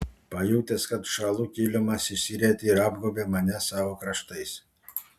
pajutęs kad šąlu kilimas išsirietė ir apgaubė mane savo kraštais